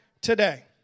today